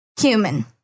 human